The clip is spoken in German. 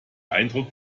eindruck